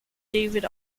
david